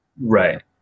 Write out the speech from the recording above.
Right